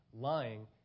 lying